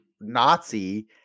Nazi